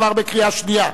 עברה בקריאה שנייה.